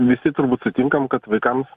visi turbūt sutinkam kad vaikams